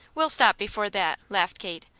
we'll stop before that, laughed kate.